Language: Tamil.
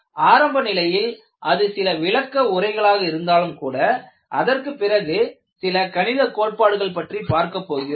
ஆரம்ப நிலையில் அது சில விளக்க உரைகளாக இருந்தாலும் கூட அதற்குப் பிறகு சில கணித கோட்பாடுகள் பற்றி பார்க்க போகிறோம்